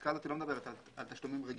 הפסקה הזאת לא מדברת על תשלומים רגילים.